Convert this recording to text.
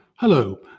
Hello